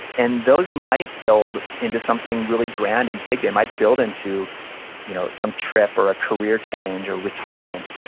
and those might build into something really grand and big. they might build into you know some trip, or a career change, or retirement,